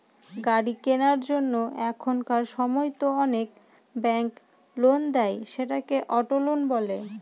গাড়ি কেনার জন্য এখনকার সময়তো অনেক ব্যাঙ্ক লোন দেয়, সেটাকে অটো লোন বলে